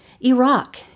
Iraq